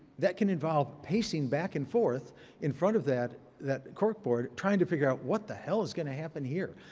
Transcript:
that can involve pacing back and forth in front of that that corkboard trying to figure out what the hell is going to happen here?